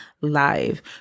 live